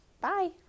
Bye